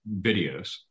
videos